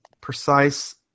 precise